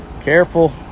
careful